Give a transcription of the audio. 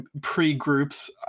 pre-groups